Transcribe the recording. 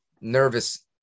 nervous